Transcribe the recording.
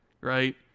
Right